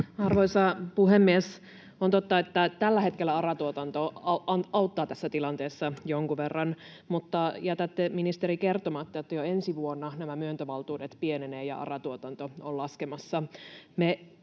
Arvoisa puhemies! On totta, että tällä hetkellä ARA-tuotanto auttaa tässä tilanteessa jonkun verran, mutta jätätte, ministeri, kertomatta, että jo ensi vuonna nämä myöntövaltuudet pienenevät ja ARA-tuotanto on laskemassa.